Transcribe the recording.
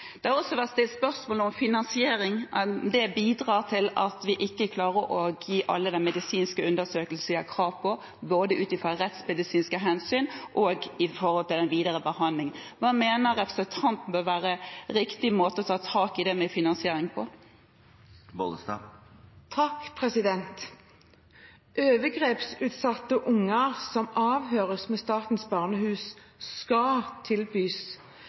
Det har også vært stilt spørsmål ved finansieringen, at den ikke bidrar til at vi klarer å gi alle den medisinske undersøkelsen de har krav på, verken ut fra rettsmedisinske hensyn eller av hensyn til den videre behandlingen. Hva mener representanten er riktig måte å ta tak i det med finansieringen på? Overgrepsutsatte barn som avhøres ved Statens barnehus, skal tilbys